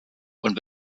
und